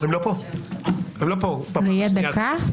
זה יהיה דקה?